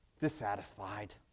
Dissatisfied